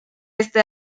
este